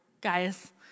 guys